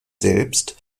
selbst